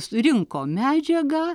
surinko medžiagą